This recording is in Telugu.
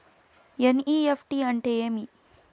ఎన్.ఇ.ఎఫ్.టి అంటే ఏమి